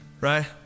right